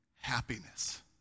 happiness